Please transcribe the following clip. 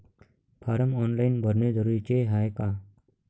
Form online भरने जरुरीचे हाय का?